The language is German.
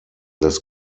des